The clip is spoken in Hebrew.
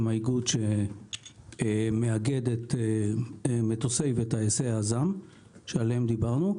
האיגוד שמאגד את מטוסי וטייסי אז"מ שעליהם דיברנו.